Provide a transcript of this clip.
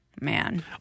Man